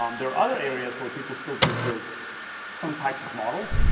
um there are other areas where people still do build some types of models.